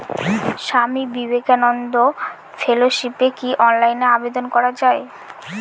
স্বামী বিবেকানন্দ ফেলোশিপে কি অনলাইনে আবেদন করা য়ায়?